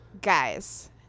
guys